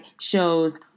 shows